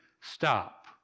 stop